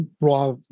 raw